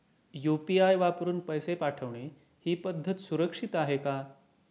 UPI वापरून पैसे पाठवणे ही पद्धत सुरक्षित आहे का?